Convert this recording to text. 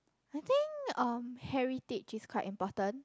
I think um heritage is quite important